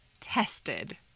tested